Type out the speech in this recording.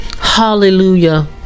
Hallelujah